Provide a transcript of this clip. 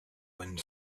wind